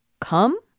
Come